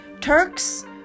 Turks